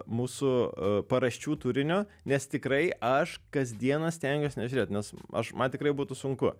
mūsų paraščių turinio nes tikrai aš kasdieną stengiuos nežiūrėt nes aš man tikrai būtų sunku